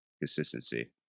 consistency